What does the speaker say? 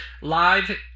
live